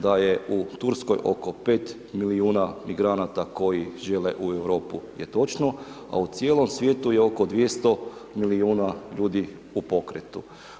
Da je u Turskoj oko 5 milijuna migranata koji žele u Europu je točno a u cijelom svijetu je oko 200 milijuna ljudi u pokretu.